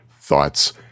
thoughts